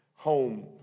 home